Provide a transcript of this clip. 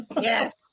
Yes